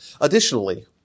Additionally